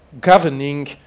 governing